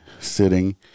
sitting